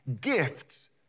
gifts